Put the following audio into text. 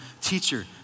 teacher